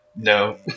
No